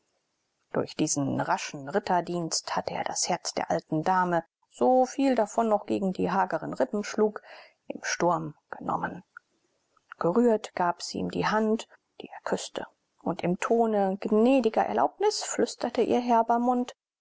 durch diesen raschen ritterdienst hatte er das herz der alten dame so viel davon noch gegen die hageren rippen schlug im sturm genommen gerührt gab sie ihm die hand die er küßte und im ton gnädiger erlaubnis flüsterte ihr herber mund